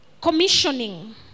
commissioning